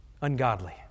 ungodly